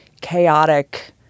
chaotic